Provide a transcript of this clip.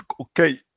okay